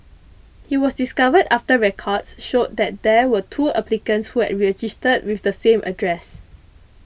he was discovered after records showed that there were two applicants who had registered with the same address